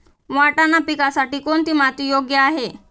वाटाणा पिकासाठी कोणती माती योग्य आहे?